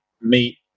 meat